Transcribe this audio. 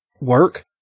work